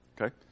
Okay